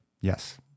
yes